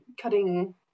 cutting